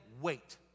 wait